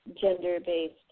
gender-based